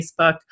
Facebook